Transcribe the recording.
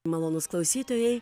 malonūs klausytojai